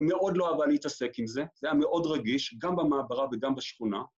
מאוד לא אהבה להתעסק עם זה, זה היה מאוד רגיש, גם במעברה וגם בשכונה.